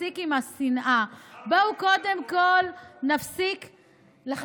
בואו קודם כול נפסיק עם השנאה.